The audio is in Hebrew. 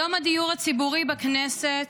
יום הדיור הציבורי בכנסת,